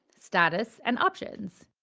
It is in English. status and options.